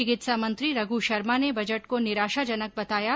चिकित्सा मंत्री रघु शर्मा ने बजट को निराषाजनक बताया है